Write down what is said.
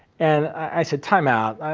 and i said time out,